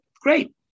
great